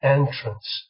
entrance